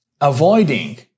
avoiding